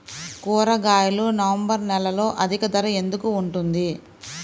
కూరగాయలు నవంబర్ నెలలో అధిక ధర ఎందుకు ఉంటుంది?